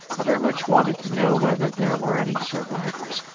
i very much wanted to know whether there were any survivors,